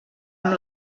amb